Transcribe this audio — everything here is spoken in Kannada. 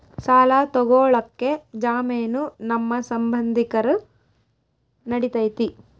ಸಾಲ ತೊಗೋಳಕ್ಕೆ ಜಾಮೇನು ನಮ್ಮ ಸಂಬಂಧಿಕರು ನಡಿತೈತಿ?